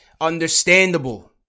understandable